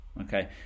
Okay